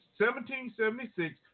1776